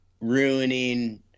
ruining